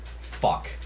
Fuck